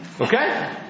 Okay